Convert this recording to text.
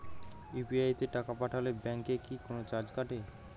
UPI তে টাকা পাঠালে ব্যাংক কি কোনো চার্জ কাটে?